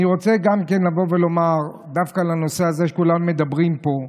אני רוצה גם כן לבוא ולומר דווקא לנושא הזה שכולם מדברים עליו פה: